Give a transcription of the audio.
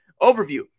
Overview